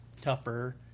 tougher